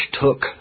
took